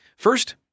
First